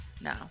No